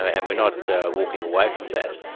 and we're not walking away from that.